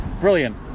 Brilliant